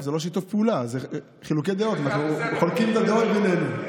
מה זה הדבר הזה?